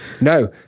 No